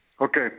Okay